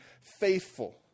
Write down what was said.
faithful